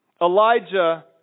Elijah